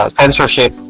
censorship